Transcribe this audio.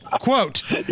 Quote